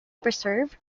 preserve